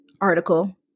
article